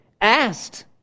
asked